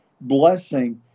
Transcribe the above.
blessing